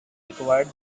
required